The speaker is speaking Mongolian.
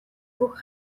бүх